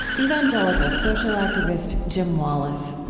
evangelical social activist jim wallis